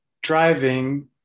Driving